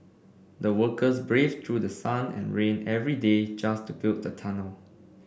the workers braved through sun and rain every day just to build the tunnel